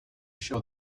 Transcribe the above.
show